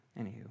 anywho